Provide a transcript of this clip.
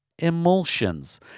emulsions